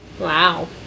Wow